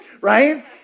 right